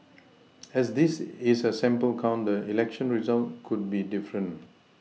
as this is a sample count the election result could be different